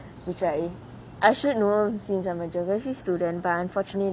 which I I should know since I'm a geography student but unfortunately